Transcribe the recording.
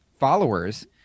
followers